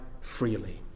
freely